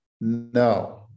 No